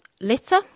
Litter